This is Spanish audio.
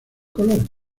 color